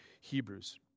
Hebrews